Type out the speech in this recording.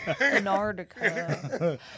Antarctica